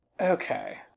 Okay